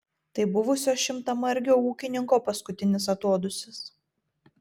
tai buvusio šimtamargio ūkininko paskutinis atodūsis